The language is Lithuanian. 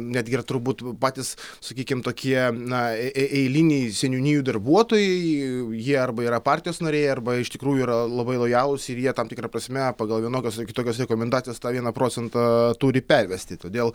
netgi ir turbūt patys sakykim tokie na ei eiliniai seniūnijų darbuotojai jie arba yra partijos nariai arba iš tikrųjų yra labai lojalūs ir jie tam tikra prasme pagal vienokias ar kitokias rekomendacijas tą vieną procentą turi pervesti todėl